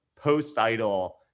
post-idol